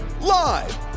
live